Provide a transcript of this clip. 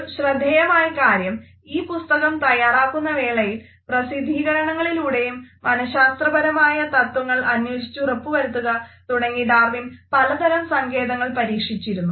ഒരു ശ്രദ്ധേയമായ കാര്യം ഈ പുസ്തകം തയ്യാറാക്കുന്നവേളയിൽ പ്രസിദ്ധീകരണങ്ങളിലൂടെയും മനശാത്രപരമായ തത്വങ്ങൾ അന്വേഷിച്ചുറപ്പുവരുത്തുക തുടങ്ങി ഡാർവിൻ പലതരം സങ്കേതങ്ങൾ പരീക്ഷിച്ചിരുന്നു